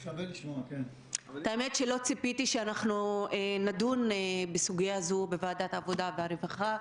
לא ציפיתי שנדון בסוגיה זו בוועדת העבודה והרווחה,